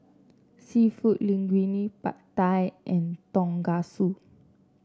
seafood Linguine Pad Thai and Tonkatsu